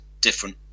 different